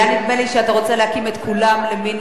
היה נדמה לי שאתה רוצה להקים את כולם למין,